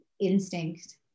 instinct